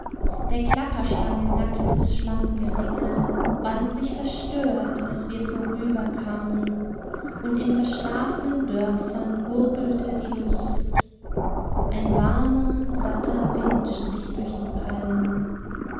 der klapperschlange nacktes schlammgeringel wand sich verstört als wir vorüberkamen und in verschlafenen dörfern gurgelte die lust ein warmer satter wind strich durch die palmen